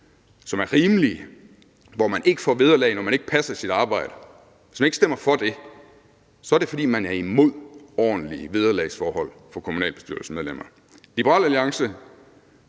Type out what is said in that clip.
også er rimelige, hvor man ikke får vederlag, når man ikke passer sit arbejde, så er det, fordi man er imod ordentlige vederlagsforhold for kommunalbestyrelsesmedlemmer. Liberal Alliance